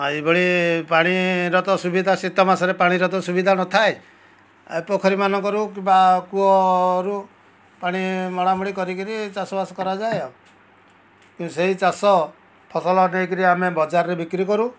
ଏଇଭଳି ପାଣିର ତ ସୁବିଧା ଶୀତ ମାସରେ ପାଣିର ତ ସୁବିଧା ନ ଥାଏ ଆଉ ପୋଖରୀ ମାନଙ୍କରୁ ବା କୂଅରୁ ପାଣି ମଡ଼ା ମଡ଼ି କରି କରି ଚାଷବାସ କରାଯାଏ ଆଉ କିନ୍ତୁ ସେଇ ଚାଷ ଫସଲ ନେଇ କରି ଆମେ ବଜାରରେ ବିକ୍ରି କରୁ